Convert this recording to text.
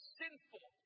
sinful